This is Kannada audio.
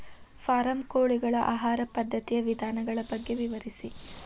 ಫಾರಂ ಕೋಳಿಗಳ ಆಹಾರ ಪದ್ಧತಿಯ ವಿಧಾನಗಳ ಬಗ್ಗೆ ವಿವರಿಸಿ